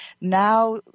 now